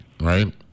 right